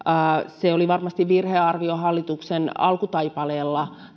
se linjaus että näitä vähennetään oli varmasti virhearvio hallituksen alkutaipaleella